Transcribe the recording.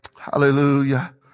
Hallelujah